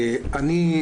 אני,